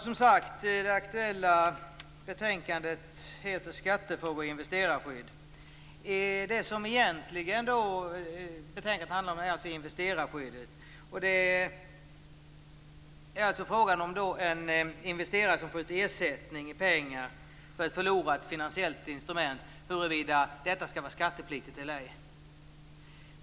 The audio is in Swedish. Fru talman! Det aktuella betänkandet heter som sagt Skattefrågor och investerarskydd. Det som betänkandet egentligen handlar om är investerarskyddet. Frågan är alltså huruvida det som en investerare fått i ersättning i pengar för ett förlorat finansiellt instrument skall vara skattepliktigt eller ej.